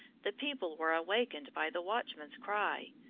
the people were awakened by the watchman's cry,